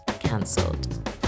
cancelled